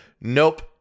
nope